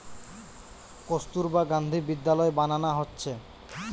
কস্তুরবা গান্ধী বিদ্যালয় বানানা হচ্ছে